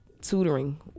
tutoring